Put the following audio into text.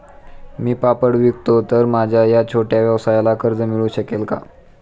मी पापड विकतो तर माझ्या या छोट्या व्यवसायाला कर्ज मिळू शकेल का?